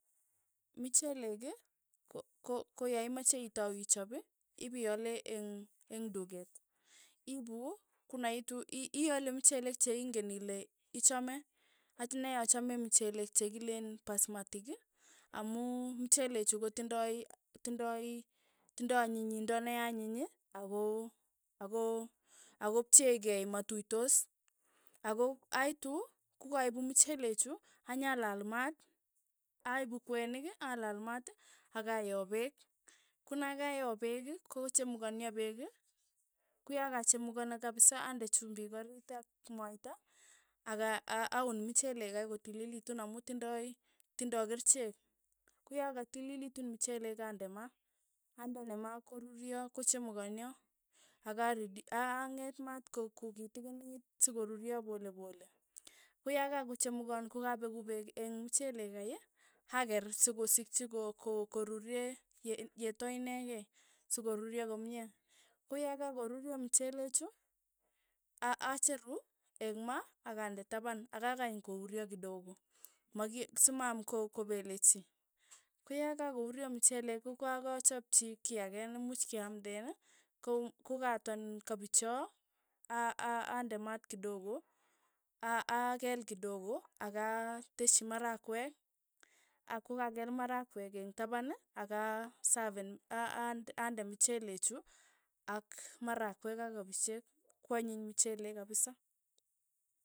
Mchelek. ko- ko koyaimache itau ichop, ipiale eng' eng' duket, iipu, konaitu, i- i- iale mchelek cheng'en ile ichame. akine achame mchelek chekileen pasmatik amu mchelek chu kotindoi tindoi tindoi anyinyindo ne anyiny, ako- ako- ako pcheekei mauitos, ako aitu, kokaipu mchelek chu, anyalal maat, aipu kwenik alal maat, akayoo peek, konakayoo peek, kochamukonio peek, koyakachamukon kapisa ande chumbik orit ak mwaita aka a- aun mchelek kei kotililitun amu tindoi tindoi kerichek, ko ya katilili tumcheek ande ma, andene ma koruryo, kochamukonio akaredidyu, ang'et maat ko- kutikinit sokoruryo polepole, kokakochamukon kokakopek peek eng' muchelek kei, akaerek sikosikchi ko- ko koruryee ye yeto nekei, sokoruryo komie, koyakakpruryo mchele chu, acheru eng' ma akande tapan, akakany kouryo kidogo, maki simaam ko kopele chii, koyakakouryo mchelek, kokakachapchi kiake ne muuch kemanden ko kokaton kapicho a- a- ande maat kidogo, a- a- akeel kidgo, akateschi marakwek, ak kokaker marakwek eng' tapen, ak a sapen a- a ande mchele chu ak marakwek ak kopichek, kwanyiny mchelek kapisa.